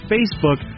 Facebook